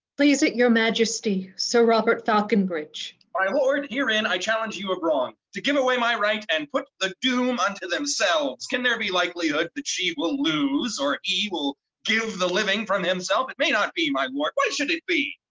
please it your majesty, sir robert falconbridge. my lord, herein i challenge you of wrong, to give away my right, and put the doom unto unto themselves. can there be likelihood that she will lose? or he will give the living from himself? it may not be, my lord. why should it be?